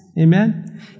Amen